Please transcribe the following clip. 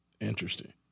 Interesting